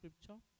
scripture